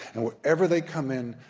and whenever they come in,